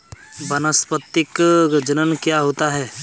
वानस्पतिक जनन क्या होता है?